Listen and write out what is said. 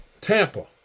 Tampa